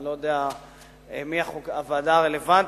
איני יודע מי הוועדה הרלוונטית,